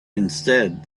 instead